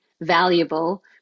valuable